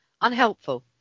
unhelpful